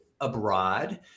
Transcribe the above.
abroad